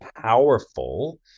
powerful